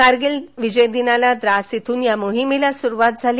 कारगिल विजय दिनाला द्रास इथ्रन या मोहिमेला सुरुवात झाली